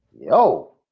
yo